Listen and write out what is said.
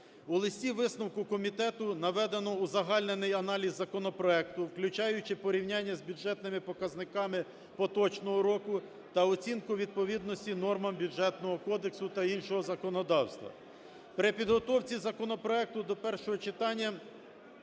У листі-висновку комітету наведено узагальнений аналіз законопроекту, включаючи порівняння з бюджетними показниками поточного року та оцінку відповідності нормам Бюджетного кодексу та іншого законодавства. При підготовці законопроекту до першого читання